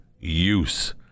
use